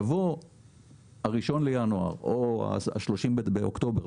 יבוא ה-1 לינואר או ה-30 באוקטובר,